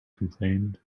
complained